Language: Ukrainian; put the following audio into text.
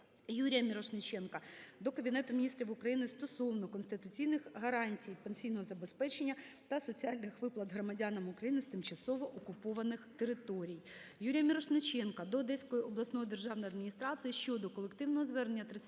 Юрія Мірошниченка до Кабінету Міністрів України стосовно конституційних гарантій пенсійного забезпечення та соціальних виплат громадянам України з тимчасово окупованих територій. Юрія Мірошниченка до Одеської обласної державної адміністрації щодо колективного звернення